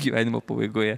gyvenimo pabaigoje